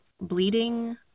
bleeding